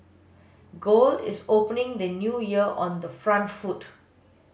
gold is opening the new year on the front foot